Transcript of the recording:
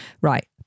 Right